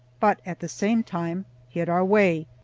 but at the same time hid our way.